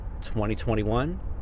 2021